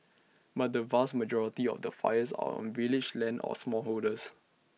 but the vast majority of the fires are on village lands or smallholders